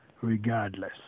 regardless